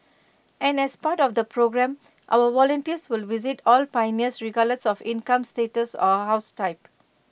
and as part of the programme our volunteers will visit all pioneers regardless of income status or house type